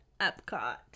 epcot